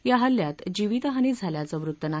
या हल्ल्यात जीवितहानी झाल्याचं वृत्त नाही